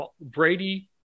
Brady